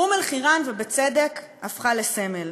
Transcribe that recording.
אום-אלחיראן, ובצדק, הפכה לסמל,